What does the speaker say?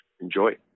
enjoy